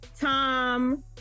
Tom